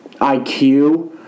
IQ –